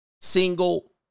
single